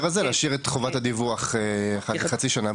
הזה להשאיר את חובת הדיווח אחת לחצי שנה,